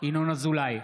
ינון אזולאי,